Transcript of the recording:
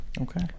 Okay